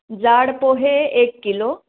जाड पोहे एक किलो